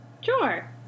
Sure